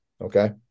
Okay